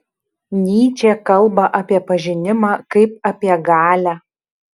nyčė kalba apie pažinimą kaip apie galią